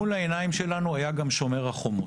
מול העיניים שלנו היה גם שומר החומות.